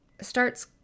starts